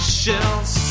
shells